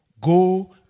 go